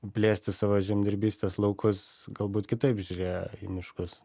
plėsti savo žemdirbystės laukus galbūt kitaip žiūrėjo į miškus